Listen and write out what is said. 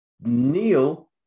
kneel